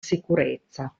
sicurezza